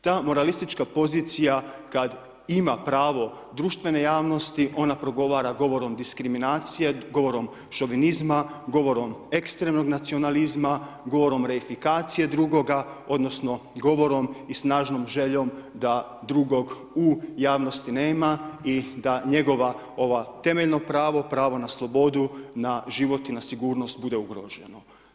Ta moralistička pozicija kad ima pravo društvene javnosti ona progovara govorom diskriminacije, govorom šovinizma, govorom ekstremnog nacionalizma, govorom ... drugoga, odnosom govorom i snažnom željom da drugoga u javnosti nema i da njegova ova temeljno pravo, pravo na slobodu, na život i na sigurnost bude ugroženo.